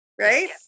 right